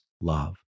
love